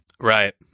right